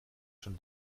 schon